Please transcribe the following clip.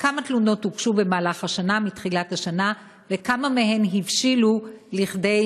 כמה תלונות הוגשו מתחילת השנה וכמה מהן הבשילו לכתבי-אישום.